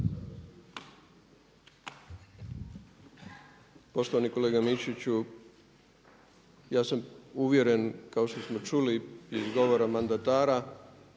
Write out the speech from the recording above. Poštovani kolega Mišiću, ja sam uvjeren kao što smo čuli iz govora mandatara